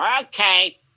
Okay